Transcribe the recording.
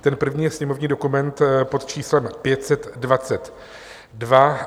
Ten první je sněmovní dokument pod číslem 522.